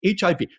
HIV